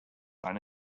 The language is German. eine